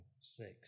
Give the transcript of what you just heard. six